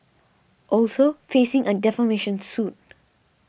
also facing a defamation suit